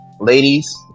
Ladies